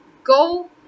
go